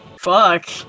Fuck